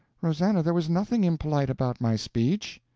rosannah, there was nothing impolite about my speech.